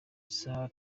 isaha